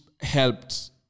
helped